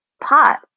pot